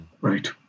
right